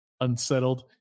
unsettled